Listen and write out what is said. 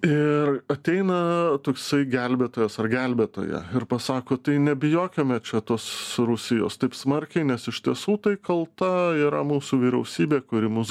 ir ateina toksai gelbėtojas ar gelbėtoja ir pasako tai nebijokime čia tos rusijos taip smarkiai nes iš tiesų tai kalta yra mūsų vyriausybė kuri mus